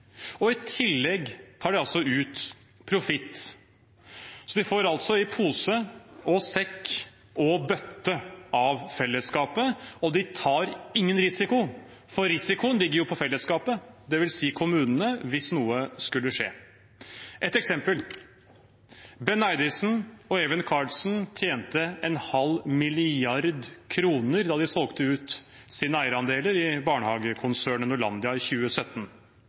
Og i tillegg tar de ut profitt. De får altså i pose og sekk – og bøtte – av fellesskapet, og de tar ingen risiko, for risikoen ligger på fellesskapet, det vil si kommunene, hvis noe skulle skje. Et eksempel: Benn Eidissen og Even Carlsen tjente 0,5 mrd. kr da de solgte ut sine eierandeler i barnehagekonsernet Norlandia i 2017